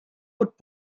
bod